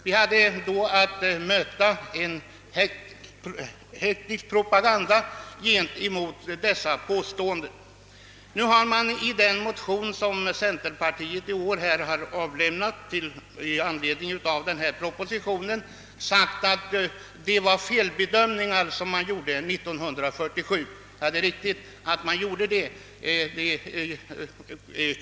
Vi hade att möta en hektisk propaganda mot regering ens förslag. I årets centerpartimotion i anledning av den nu föreliggande propositionen framhålles, att man 1947 gjorde en felbedömning. Ja, det är riktigt att man gjorde det.